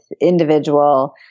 individual